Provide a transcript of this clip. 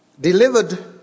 delivered